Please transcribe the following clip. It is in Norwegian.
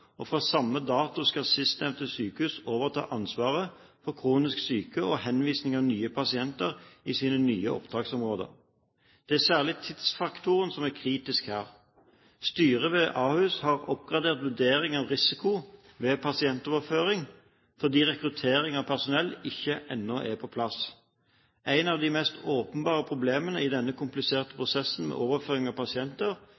og fra samme dato skal sistnevnte sykehus overta ansvaret for kronisk syke og henvisning av nye pasienter i sine nye opptaksområder. Det er særlig tidsfaktoren som er kritisk her. Styret ved Ahus har oppgradert vurdering av risiko ved pasientoverføring, fordi rekruttering av personell ennå ikke er på plass. En av de mest åpenbare problemene i denne kompliserte